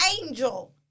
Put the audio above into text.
angel